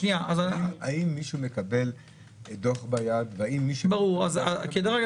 האם מישהו מקבל דוח ביד והאם מישהו מקבל --- ברור.